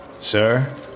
Sir